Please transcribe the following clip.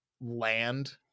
land